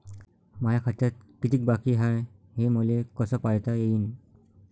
माया खात्यात कितीक बाकी हाय, हे मले कस पायता येईन?